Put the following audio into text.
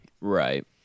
Right